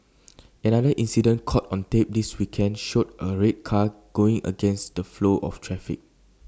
another incident caught on tape this weekend showed A red car going against the flow of traffic